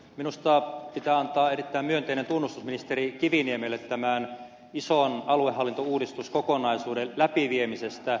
minusta pitää antaa erittäin myönteinen tunnustus ministeri kiviniemelle tämän ison aluehallintouudistuskokonaisuuden läpiviemisestä